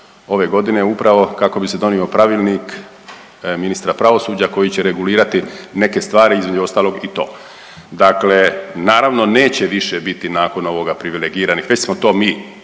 ove godine upravo kako bi se donio pravilnik ministra pravosuđa koji će regulirati neke stvari između ostalog i to. Dakle, naravno neće više biti nakon ovoga privilegiranih već smo to mi